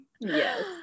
Yes